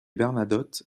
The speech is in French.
bernadotte